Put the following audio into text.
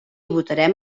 votarem